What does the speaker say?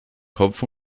kopf